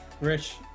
Rich